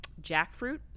jackfruit